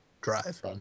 Drive